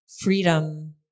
freedom